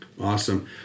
Awesome